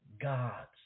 God's